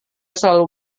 selalu